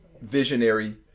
visionary